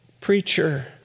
preacher